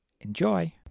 Enjoy